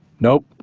nope,